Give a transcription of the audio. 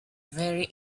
very